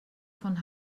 von